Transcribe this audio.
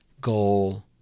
goal